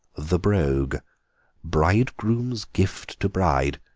the brogue bridegroom's gift to bride.